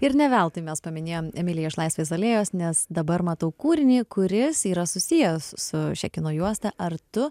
ir ne veltui mes paminėjom emiliją iš laisvės alėjos nes dabar matau kūrinį kuris yra susijęs su šia kino juosta ar tu